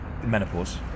Menopause